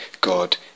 God